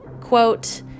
quote